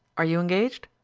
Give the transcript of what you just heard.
are you engaged?